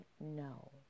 no